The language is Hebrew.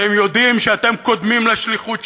אתם יודעים שאתם קודמים לשליחות שלכם,